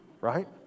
Right